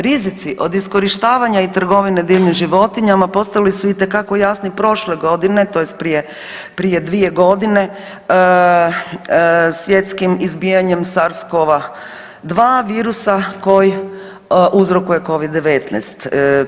Rizici od iskorištavanja i trgovine divljim životinjama postali su itekako jasni prošle godine tj. prije, prije 2.g. svjetskim izbijanjem SARS-CoV-2 virusa koji uzrokuje Covid-19.